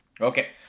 Okay